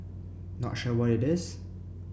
not sure what it is